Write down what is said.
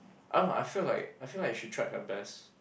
I don't know I feel like I feel like she tried her best